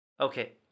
Okay